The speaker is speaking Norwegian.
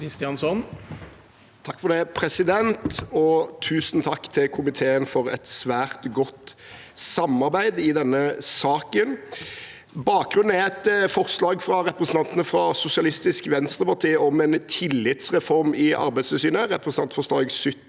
for sa- ken): Tusen takk til komiteen for et svært godt samarbeid i denne saken. Bakgrunnen er et forslag fra representantene fra Sosialistisk Venstreparti om en tillitsreform i Arbeidstilsynet – Representantforslag 70